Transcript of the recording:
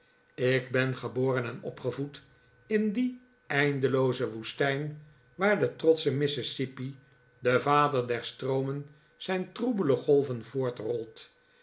ik ben geboren en opgevoed in die einfielooze woestijn waar de trotsche mississippi de vader der stroomen zijn troebele golven